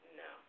no